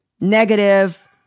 negative